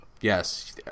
Yes